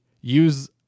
use